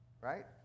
right